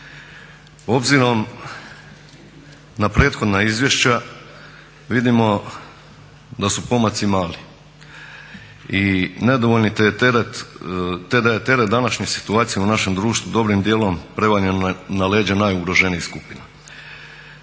Obzirom na prethodna izvješća vidimo da su pomaci mali i nedovoljni te da je teret današnje situacije u našem društvu dobrim dijelom prevaljeno je na leđa najugroženijih skupina.